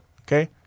okay